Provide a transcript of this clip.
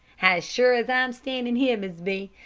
as sure as i'm standing here, mrs. b,